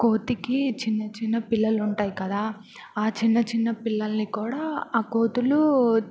కోతికి చిన్న చిన్న పిల్లలు ఉంటాయి కదా ఆ చిన్న చిన్న పిల్లల్ని కూడా ఆ కోతులు